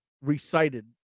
recited